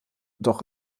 doch